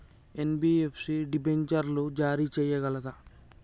NBFC డిబెంచర్లు జారీ చేయగలదా?